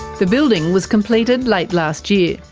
the building was completed late last year.